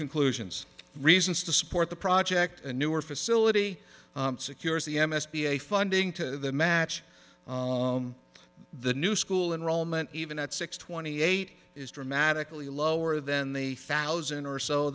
conclusions reasons to support the project a newer facility secures the m s b a funding to match the new school enrollment even at six twenty eight is dramatically lower than the thousand or so